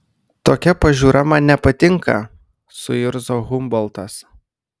tokia pažiūra man nepatinka suirzo humboltas